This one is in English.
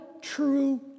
true